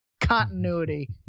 continuity